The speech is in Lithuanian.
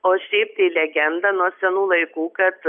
o šiaip tai legenda nuo senų laikų kad